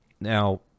now